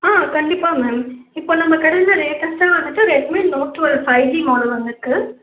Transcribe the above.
ஆ கண்டிப்பாக மேம் இப்போ நம்ம கடையில் லேட்டஸ்ட்டாக வந்துவிட்டு Redmi note twelve five G model வந்துருக்கு